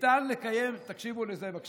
ניתן לקיים בעבורם, תקשיבו לזה, בבקשה,